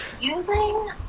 using